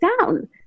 down